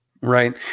Right